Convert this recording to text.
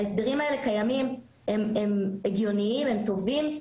ההסדרים האלה קיימים, הם הגיוניים, הם טובים,